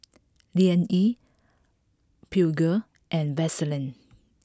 Liang Yi Peugeot and Vaseline